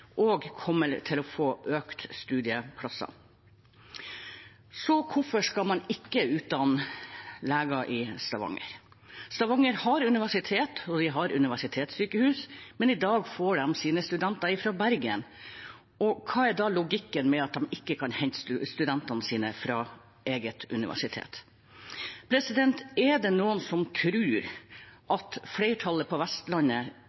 kommer til å få økte antall studieplasser. Så hvorfor skal man ikke kunne utdanne leger i Stavanger? Stavanger har universitet, og de har universitetssykehus, men i dag får de sine studenter fra Bergen. Hva er logikken med at de ikke kan hente studentene sine fra eget universitet? Er det noen som tror at flertallet på Vestlandet